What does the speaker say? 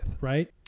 right